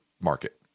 market